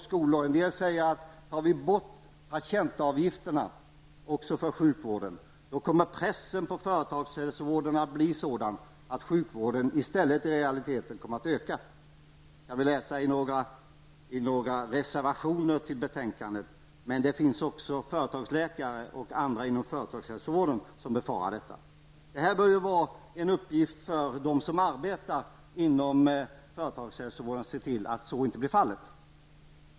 Somliga säger, att tar vi bort patientavgifterna också för sjukvården, kommer pressen på företagshälsovården att bli sådan att sjukvården i realiteten kommer att öka. Detta kan vi läsa i några reservationer till betänkandet, men även företagsläkare och andra inom företagshälsovården befarar detta. Det bör vara en uppgift för dem som arbetar inom företagshälsovården att se till att så inte blir fallet.